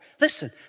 Listen